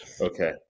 Okay